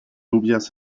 lluvias